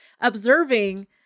observing